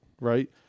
right